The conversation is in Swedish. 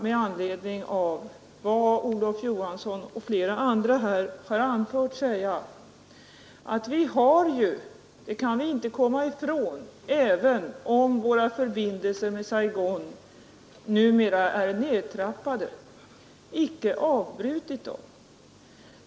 Med anledning av vad herr Olof Johansson i Stockholm och flera andra har anfört vill jag sedan bara säga att vi inte kan komma ifrån att även om våra förbindelser med Saigon numera är nedtrappade har vi icke avbrutit dem.